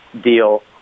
deal